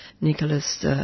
Nicholas